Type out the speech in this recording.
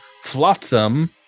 Flotsam